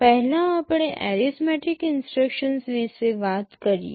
પહેલા આપણે arithmetic instructions વિશે વાત કરીએ